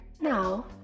Now